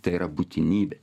tai yra būtinybė